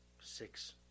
six